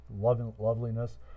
loveliness